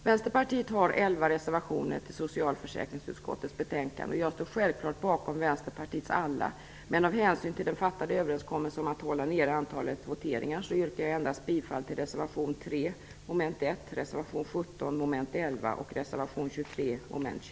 Vänsterpartiet har elva reservationer till SfU15, och jag står självklart bakom Vänsterpartiets alla reservationer, men av hänsyn till den träffade överenskommelsen om att hålla nere antalet voteringar yrkar jag endast bifall till reservationerna 3 mom. 1,